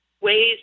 ways